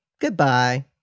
Goodbye